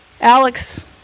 Alex